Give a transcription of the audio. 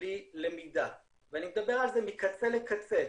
בלי למידה ואני מדבר על זה מקצה לקצה,